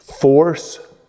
force